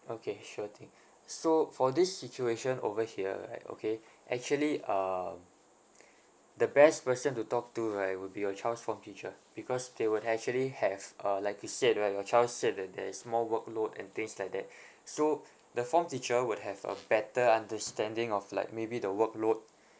okay sure thing so for this situation over here right okay actually uh the best person to talk to right would be your child's form teacher because they would actually have uh like you said right your child said that there is more work load and things like that so the form teacher would have a better understanding of like maybe the work load